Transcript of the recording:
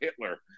Hitler